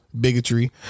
bigotry